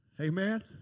Amen